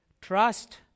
trust